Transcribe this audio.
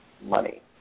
money